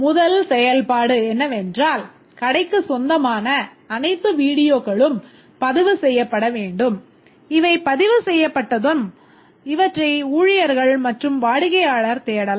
முதல் செயல்பாடு என்னவென்றால் கடைக்கு சொந்தமான அனைத்து வீடியோக்களும் பதிவு செய்யப்பட வேண்டும் இவை பதிவுசெய்யப்பட்டதும் இவற்றை ஊழியர்கள் மற்றும் வாடிக்கையாளர் தேடலாம்